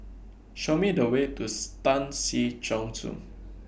Show Me The Way to Tan Si Chong Su